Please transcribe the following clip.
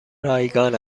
رایگان